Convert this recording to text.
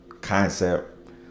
concept